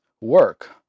work